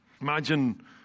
Imagine